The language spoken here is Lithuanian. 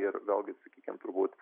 ir vėlgi sakykim turbūt